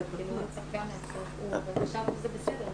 הפרוייקטורים וגם היום זה לא שהם מבקשים לקבל כסף במזומן,